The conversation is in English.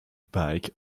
bike